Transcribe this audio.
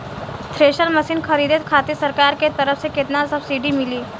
Thresher machine खरीदे खातिर सरकार के तरफ से केतना सब्सीडी मिली?